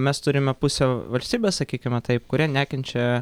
mes turime pusę valstybės sakykime taip kurie nekenčia